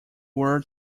were